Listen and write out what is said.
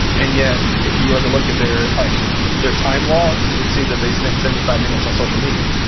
and yet, if you were to look at their like their time logs, you'd see that they spent seventy five minutes on social media.